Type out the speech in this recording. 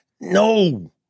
No